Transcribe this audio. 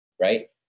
right